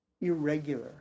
irregular